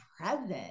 present